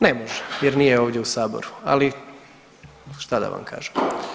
Ne može jer nije ovdje u saboru, ali šta da vam kažem.